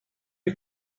you